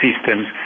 systems